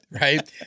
right